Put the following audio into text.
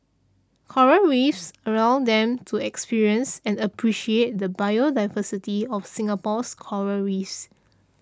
coral Reefs allows them to experience and appreciate the biodiversity of Singapore's Coral Reefs